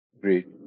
Great